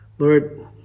Lord